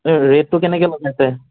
ৰেটটো কেনেকৈ লগাইছে